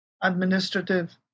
administrative